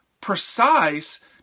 precise